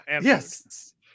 yes